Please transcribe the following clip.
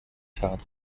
tag